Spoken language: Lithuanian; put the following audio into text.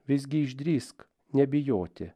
visgi išdrįsk nebijoti